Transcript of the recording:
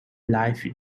life